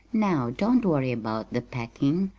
now don't worry about the packing.